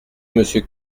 monsieur